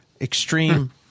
extreme